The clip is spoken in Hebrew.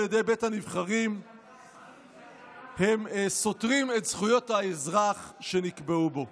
ידי בית הנבחרים סותרים את זכויות האזרח שנקבעו בו".